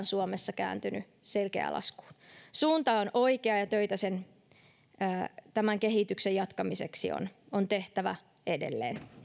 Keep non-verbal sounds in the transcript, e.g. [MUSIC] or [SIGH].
[UNINTELLIGIBLE] suomessa kääntynyt selkeään laskuun suunta on oikea ja töitä tämän kehityksen jatkamiseksi on on tehtävä edelleen